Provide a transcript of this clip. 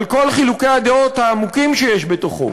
על כל חילוקי הדעות העמוקים שיש בתוכו,